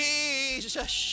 Jesus